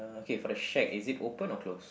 uh okay for the shack is it open or closed